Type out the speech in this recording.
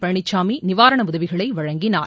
பழனிசாமி நிவாரண உதவிகளை வழங்கினார்